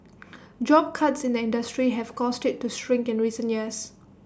job cuts in the industry have caused IT to shrink in recent years